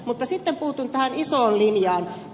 mutta sitten puutun tähän isoon linjaan